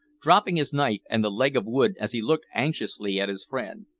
dropping his knife and the leg of wood as he looked anxiously at his friend.